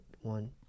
one